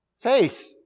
faith